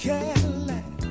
Cadillac